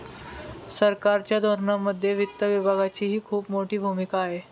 सरकारच्या धोरणांमध्ये वित्त विभागाचीही खूप मोठी भूमिका आहे